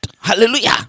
Hallelujah